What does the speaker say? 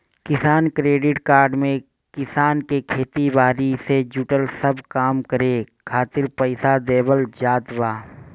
किसान credit card में किसान के खेती बारी से जुड़ल सब काम करे खातिर पईसा देवल जात बा